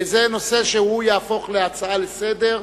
זה נושא שיהפוך להצעה לסדר-היום,